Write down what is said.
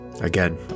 Again